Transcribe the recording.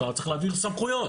אתה צריך להעביר סמכויות,